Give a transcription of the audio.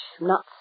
nuts